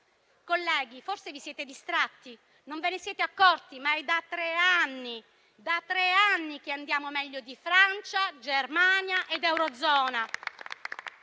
colleghi, forse vi siete distratti e non ve ne siete accorti, ma è da tre anni - lo sottolineo - che andiamo meglio di Francia, Germania ed eurozona.